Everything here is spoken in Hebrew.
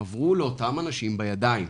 עברו לאותם אנשים בידיים,